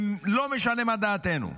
לא משנה מה דעתנו,